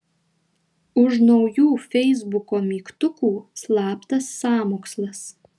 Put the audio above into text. už naujų feisbuko mygtukų slaptas sąmokslas